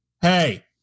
Hey